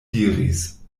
diris